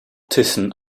thyssen